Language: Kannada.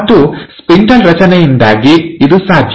ಮತ್ತು ಸ್ಪಿಂಡಲ್ ರಚನೆಯಿಂದಾಗಿ ಇದು ಸಾಧ್ಯ